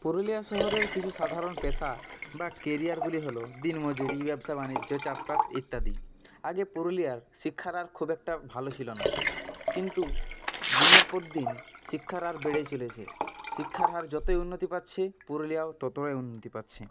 পুরুলিয়া শহরের কিছু সাধারণ পেশা বা কেরিয়ারগুলি হলো দিনমজুরি ব্যবসা বাণিজ্য চাষবাস ইত্যাদি আগে পুরুলিয়ার শিক্ষার হার খুব একটা ভালো ছিল না কিন্তু দিনের পর দিন শিক্ষার হার বেড়ে চলেছে শিক্ষার হার যতই উন্নতি পাচ্ছে পুরুলিয়াও ততই উন্নতি পাচ্ছে